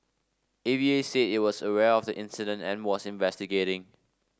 A V A said it was aware of the incident and was investigating